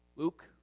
Luke